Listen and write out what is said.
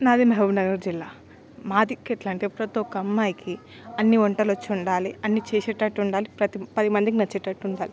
నాది మెహబూబ్నగర్ జిల్లా మాదికేటలంటే ప్రతి ఒక అమ్మాయికి అన్ని వంటలొచ్చి ఉండాలి అన్ని చేసేటట్టు ఉండాలి ప్రతి పది మందికి నచ్చేటట్టుండాలి